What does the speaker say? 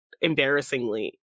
embarrassingly